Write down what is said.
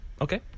Okay